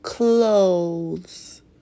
Clothes